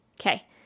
Okay